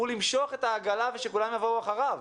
הוא למשוך את העגלה ושכולם יבואו אחריו,